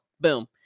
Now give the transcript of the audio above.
Boom